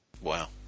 Wow